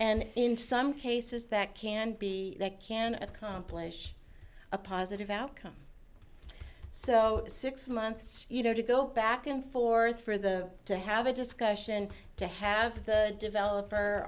and in some cases that can be that can accomplish a positive outcome so six months you know to go back and forth for the to have a discussion to have good developer